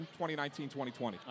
2019-2020